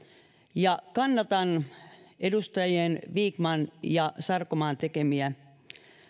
ja kannatan edustajien vikman ja sarkomaa tekemiä